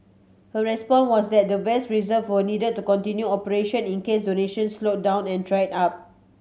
her response was that the vast reserves were needed to continue operation in case donations slowed down or dried up